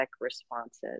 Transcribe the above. responses